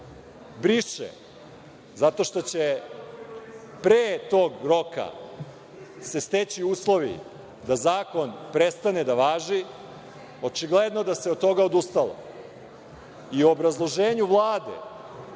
godine, zato što će pre tog roka se steći uslovi da zakon prestane da važi, očigledno da se od toga odustalo.U obrazloženju Vlade